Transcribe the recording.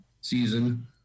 season